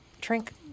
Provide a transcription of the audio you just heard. drink